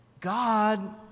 God